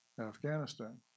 Afghanistan